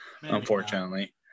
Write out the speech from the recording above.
unfortunately